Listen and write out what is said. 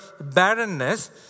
barrenness